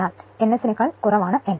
എന്നാൽ nsനേക്കാൾ കുറവാണ് n